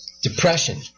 depression